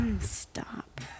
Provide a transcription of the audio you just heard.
Stop